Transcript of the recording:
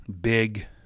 big